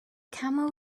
camel